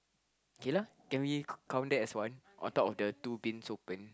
K lah can we count that as one on top of the two bins open